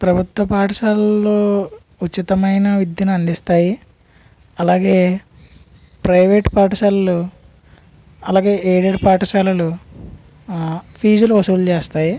ప్రభుత్వ పాఠశాలల్లో ఉచితమైన విద్యను అందిస్తాయి అలాగే ప్రైవేట్ పాఠశాలలు అలాగే ఎయిడెడ్ పాఠశాలలు ఫీజులు వసూలు చేస్తాయి